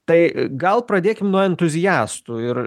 tai gal pradėkim nuo entuziastų ir